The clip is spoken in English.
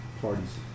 parties